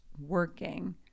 working